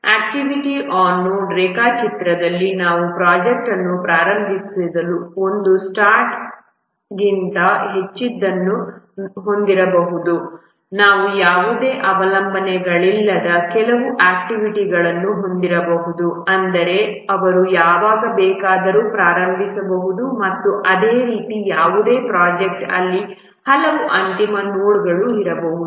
activity on node ರೇಖಾಚಿತ್ರದಲ್ಲಿ ನಾವು project ಅನ್ನು ಪ್ರಾರಂಭಿಸಲು ಒಂದು ಸ್ಟಾರ್ಟ್ ನೋಡ್ಗಿಂತ ಹೆಚ್ಚಿನದನ್ನು ಹೊಂದಿರಬಹುದು ನಾವು ಯಾವುದೇ ಅವಲಂಬನೆಗಳಿಲ್ಲದ ಕೆಲವು ಆಕ್ಟಿವಿಟಿಗಳನ್ನು ಹೊಂದಿರಬಹುದು ಅಂದರೆ ಅವರು ಯಾವಾಗ ಬೇಕಾದರೂ ಪ್ರಾರಂಭಿಸಬಹುದು ಮತ್ತು ಅದೇ ರೀತಿ ಯಾವುದೇ ಪ್ರೊಜೆಕ್ಟ್ ಅಲ್ಲಿ ಹಲವು ಅಂತಿಮ ನೋಡ್ಗಳು ಇರಬಹುದು